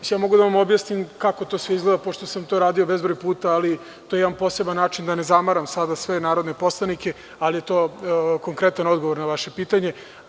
Mogu da vam objasnim kako to sve izgleda, pošto sam to radio bezbroj puta, ali to je jedan poseban način, da ne zamaram sada sve poslanike, ali je to konkretan odgovor na vaše pitanje.